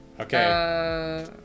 Okay